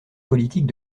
politique